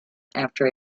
after